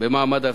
במעמד הר-סיני.